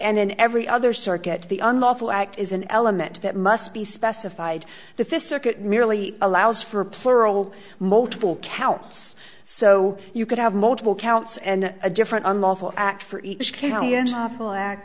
and in every other circuit the unlawful act is an element that must be specified the fifth circuit merely allows for a plural multiple counts so you could have multiple counts and a different unlawful act for each count against awful act